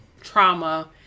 trauma